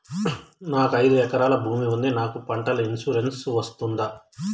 నాకు ఐదు ఎకరాల భూమి ఉంది నాకు పంటల ఇన్సూరెన్సుకు వస్తుందా?